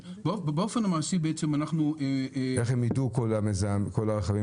איך ידעו כל הרכבים